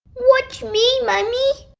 watch me mummy!